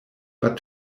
but